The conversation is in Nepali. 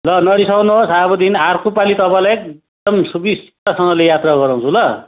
ल नरिसाउनुहोस् अबदेखि अर्कोपालि तपाईँलाई एकदम सुविस्तासँगले यात्रा गराउँछु ल